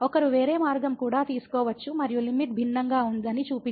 ఒకరు వేరే మార్గంలో కూడా తీసుకోవచ్చు మరియు లిమిట్ భిన్నంగా ఉందని చూపించవచ్చు